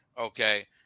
Okay